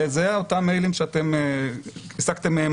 וזה היה אותם מיילים שאתם הסקתם מהם